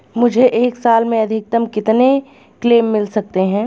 मुझे एक साल में अधिकतम कितने क्लेम मिल सकते हैं?